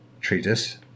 treatise